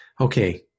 Okay